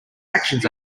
actions